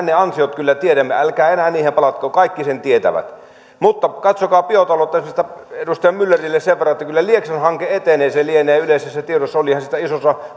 ne ansiot kyllä tiedämme älkää enää niihin palatko kaikki sen tietävät katsokaa biotaloutta edustaja myllerille sen verran että kyllä lieksan hanke etenee se lienee yleisessä tiedossa olihan siitä isossa